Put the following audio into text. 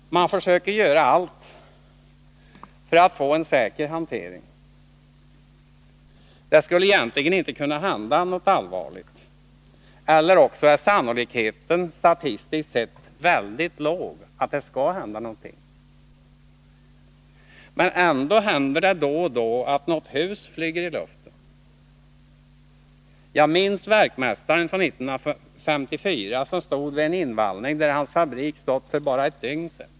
Man försöker göra allt för att få en säker hantering. Det skulle egentligen inte kunna hända något allvarligt, eller också är sannolikheten statistiskt sett väldigt låg att det skulle hända någonting. Men ändå händer det då och då att något hus flyger i luften. Jag minns verkmästaren från 1954 som stod vid den invallning där hans fabrik stått för bara ett dygn sedan.